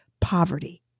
poverty